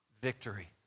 victory